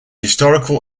historical